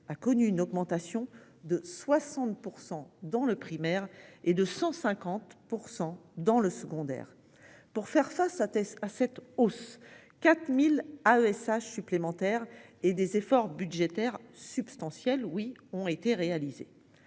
a connu une augmentation de 60% dans le primaire et de 150% dans le secondaire. Pour faire face à à cette hausse. 4000 AESH supplémentaires et des efforts budgétaires substantielles oui ont été réalisées.